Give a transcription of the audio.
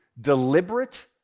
deliberate